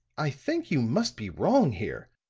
i think you must be wrong here.